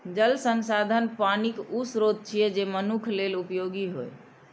जल संसाधन पानिक ऊ स्रोत छियै, जे मनुक्ख लेल उपयोगी होइ